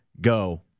go